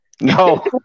No